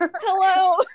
Hello